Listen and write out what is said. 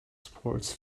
sports